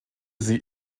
sie